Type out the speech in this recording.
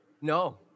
No